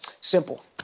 Simple